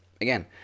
Again